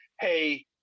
hey